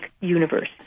universe